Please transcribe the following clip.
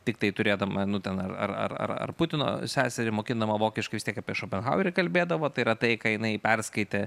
tiktai turėdama nu ten ar ar ar putino seserį mokindama vokiškai vis tiek apie šopenhauerį kalbėdavo tai yra tai ką jinai perskaitė